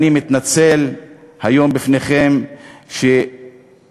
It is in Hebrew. אני מתנצל היום בפניכם על כך